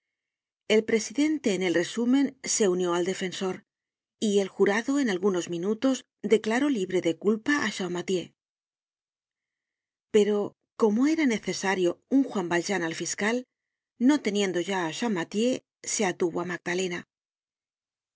el presidente en el resumen se unió al defensor y el jurado en algunos minutos declaró libre de culpa á champmathieu pero como era necesario un juan valjean al fiscal no teniendo ya á champmathieu se atuvo á magdalena